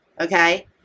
Okay